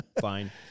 Fine